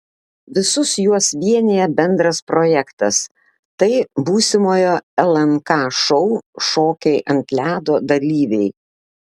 visus juos vienija bendras projektas tai būsimojo lnk šou šokiai ant ledo dalyviai